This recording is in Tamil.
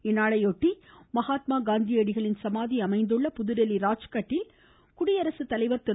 இந்நாளையொட்டி மகாத்மா காந்தி அடிகளின் சமாதி அமைந்துள்ள புதுதில்லி ராஜ்காட்டில் குடியரசுத்தலைவர் திரு